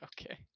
okay